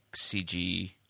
CG